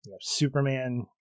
Superman